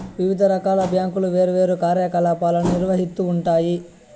వివిధ రకాల బ్యాంకులు వేర్వేరు కార్యకలాపాలను నిర్వహిత్తూ ఉంటాయి